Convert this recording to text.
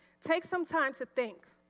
take some time to think.